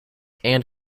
and